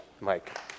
Mike